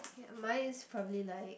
mine is probably like